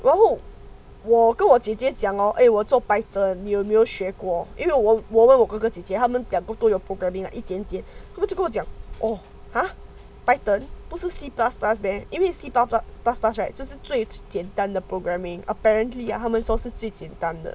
然后我跟我姐姐讲 hor eh 我做 python 你有没有结果因为我我问问哥哥姐姐他们讲不都有一点点 political 我就讲 oh !huh! python 不是 C plus plus meh 因为 C pass pass C plus plus right 这是最最简单的 programming apparently 他们说是最简单的